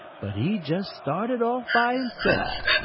but he just started off by himself.